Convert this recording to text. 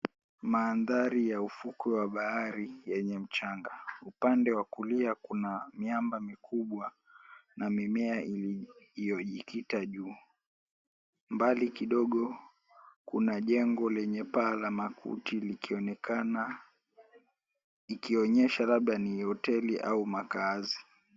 Mandhari ya ufukwe wa bahari yenye mchanga. Upande wa kulia kuna miamba mikubwa na mimea iliyojikita juu. Mbali kidogo kidogo kuna jengo lenye paa la makuti likionekana, ikionyesha labda ni hoteli au makaazi.